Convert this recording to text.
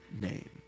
name